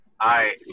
Hi